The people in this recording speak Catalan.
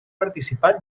participà